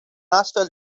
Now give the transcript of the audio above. astfel